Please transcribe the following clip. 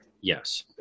yes